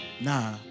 Nah